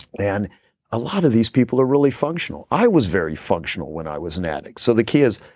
and a lot of these people are really functional. i was very functional when i was an addict so the key is,